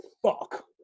Fuck